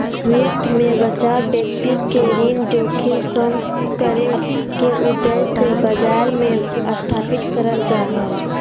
वित्त मे बचाव व्यक्ति के ऋण जोखिम कम करे के उद्देश्य से बाजार मे स्थापित करल जा हय